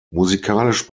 musikalisch